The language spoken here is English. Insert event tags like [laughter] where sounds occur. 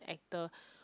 actor [breath]